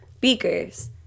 beakers